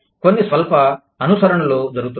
కొన్ని స్వల్ప అనుసరణలు జరుగుతున్నాయి